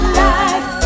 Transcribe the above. life